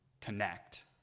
connect